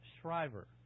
Shriver